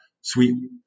sweet